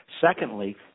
Secondly